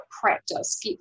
Practice